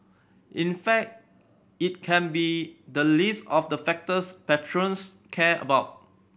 in fact it can be the least of the factors patrons care about